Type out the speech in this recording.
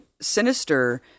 sinister